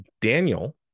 Daniel